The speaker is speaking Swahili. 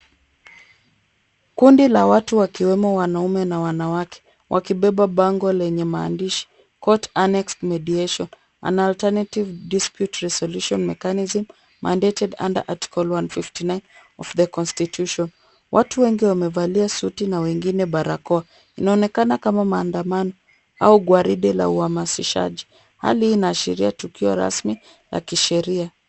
Kundi la watu wakimewemo wanaume na wanawake wakibeba bango lenye maandishi, Court Annexed Mediation. An alternative dispute resolution mechanism mandated under Article 159 of the Constitution . Watu wengi wamevalia suti na wengine barakoa. Linaonekana kama maandamano au gwaride la wahamasishaji. Hali hii inaashiria tukio rasmi la kisheria.